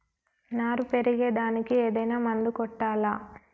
నారు పెరిగే దానికి ఏదైనా మందు కొట్టాలా?